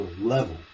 level